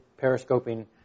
periscoping